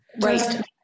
right